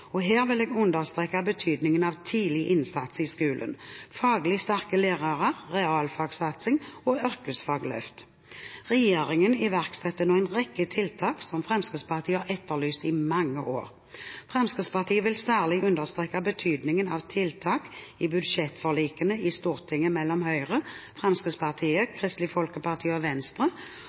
Her vil jeg understreke betydningen av tidlig innsats i skolen, faglig sterke lærere, realfagsatsing og yrkesfagløft. Regjeringen iverksetter nå en rekke tiltak som Fremskrittspartiet har etterlyst i mange år. Fremskrittspartiet vil særlig understreke betydningen av tiltak i budsjettforlikene i Stortinget mellom Høyre, Fremskrittspartiet, Kristelig Folkeparti og Venstre